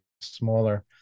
smaller